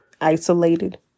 isolated